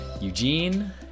Eugene